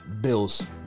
Bill's